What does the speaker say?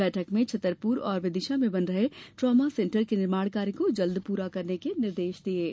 बैठक में छतरपुर और विदिशा में बन रहे ट्रामा सेन्टर के निर्माण कार्य को जल्द पूरा करने के निर्देश दिए गए